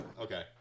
okay